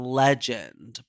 legend